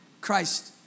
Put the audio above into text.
Christ